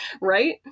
Right